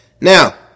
Now